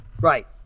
Right